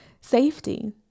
safety